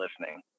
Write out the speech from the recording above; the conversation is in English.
listening